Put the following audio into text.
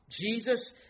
Jesus